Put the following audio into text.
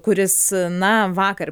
kuris na vakar